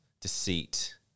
deceit